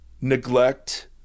neglect